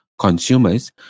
consumers